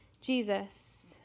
Jesus